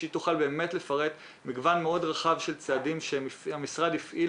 תפרט מגוון מאוד רחב של צעדים שהמשרד הפעיל